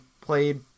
played